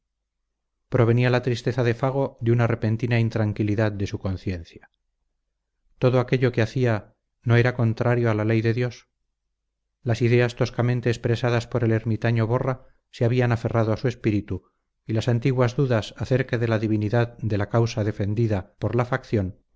provenía la tristeza de fago de una repentina intranquilidad de su conciencia todo aquello que hacía no era contrario a la ley de dios las ideas toscamente expresadas por el ermitaño borra se habían aferrado a su espíritu y las antiguas dudas acerca de la divinidad de la causa defendida por la facción